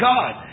God